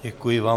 Děkuji vám.